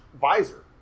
visor